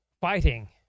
fighting